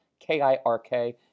K-I-R-K